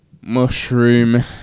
Mushroom